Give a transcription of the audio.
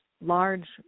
large